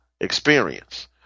experience